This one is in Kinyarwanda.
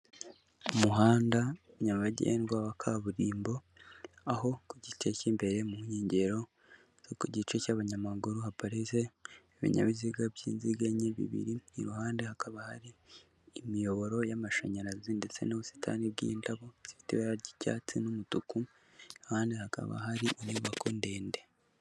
Umuhanda nyabagendwa wa kaburimbo aho ku gice cy'imbere mu nkengero zo ku gice cy'abanyamaguru haparize'ibinyabiziga by'inziganye bibiri, iruhande hakaba hari imiyoboro y'amashanyarazi ndetse n'ubusitani bw'indabo zifite ibara ry'icyatsi n'umutuku, hano hakaba hari inyubako ndende.